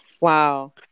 wow